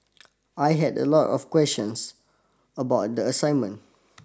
I had a lot of questions about the assignment